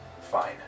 fine